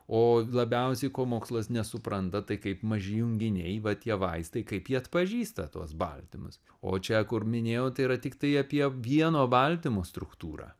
o labiausiai ko mokslas nesupranta tai kaip maži junginiai va tie vaistai kaip jie atpažįsta tuos baltymus o čia kur minėjau tai yra tiktai apie vieno baltymo struktūrą